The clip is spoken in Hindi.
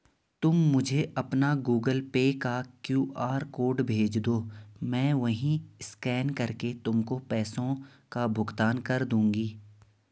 तुम मुझे अपना गूगल पे का क्यू.आर कोड भेजदो, मैं वहीं स्कैन करके तुमको पैसों का भुगतान कर दूंगी